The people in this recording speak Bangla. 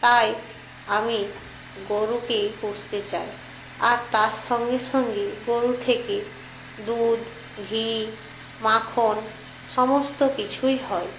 তাই আমি গোরুকেই পুষতে চাই আর তার সঙ্গে সঙ্গে গোরু থেকে দুধ ঘি মাখন সমস্ত কিছুই হয়